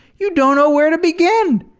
you don't know where to begin.